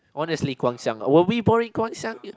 honestly Guang-Xiang were we boring Guang-Xiang